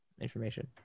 information